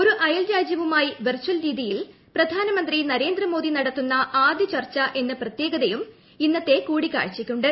ഒരു അയൽ രാജ്യവുമായി വെർചൽ രീതിയിൽ പ്രധാനമന്ത്രി നരേന്ദ്രമോദി നടത്തുന്ന ആദ്യ ചർച്ച എന്ന പ്രത്യേകതയും ഇന്നത്തെ കൂടിക്കാഴ്ചയ്ക്കുണ്ട്